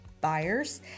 buyers